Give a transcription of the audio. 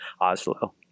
Oslo